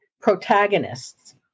protagonists